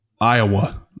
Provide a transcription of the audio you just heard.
Iowa